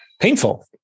painful